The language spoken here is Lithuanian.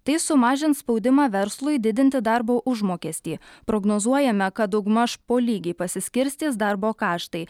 tai sumažins spaudimą verslui didinti darbo užmokestį prognozuojame kad daugmaž po lygiai pasiskirstys darbo kaštai